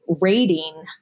rating